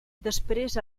després